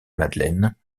madeleine